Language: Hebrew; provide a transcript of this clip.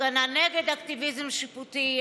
הפגנה נגד אקטיביזם שיפוטי,